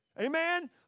Amen